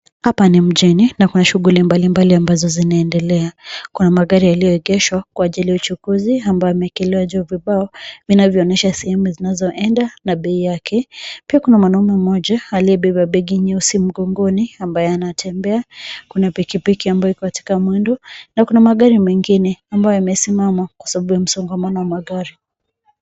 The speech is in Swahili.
Hapa ni mjini na kuna shughuli mbalimbali ambazo zinaendelea. Kuna magari yaliyoegeshwa kwa ajili ya uchukuzi ambayo imewekelewa juu vibao vinavyoonyesha sehemu vinavyoenda na bei yake. Pia kuna mwanaume mmoja aliyebeba begi nyeusi mgongoni ambaye anatembea. Kuna pikipiki ambayo iko katika mwendo na kuna magari mengine ambayo yamesimama kwa sababu ya msongamano wa magari.